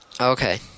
Okay